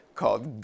called